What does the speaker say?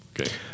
Okay